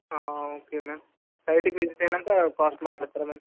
okay ma'am సైట్కి visit అయ్యాక cost మాట్లాడతారా మామ్